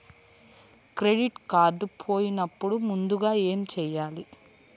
Credit card పోయినపుడు ముందుగా ఏమి చేయాలి?